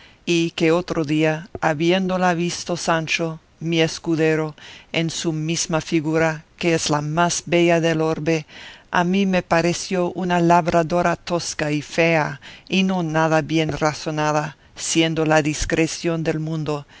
y que otro día habiéndola visto sancho mi escudero en su mesma figura que es la más bella del orbe a mí me pareció una labradora tosca y fea y no nada bien razonada siendo la discreción del mundo